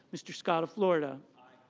mr. scott of florida i.